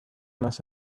must